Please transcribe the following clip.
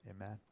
amen